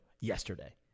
yesterday